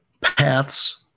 paths